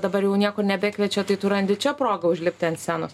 dabar jau niekur nebekviečia tai tu randi čia progą užlipti ant scenos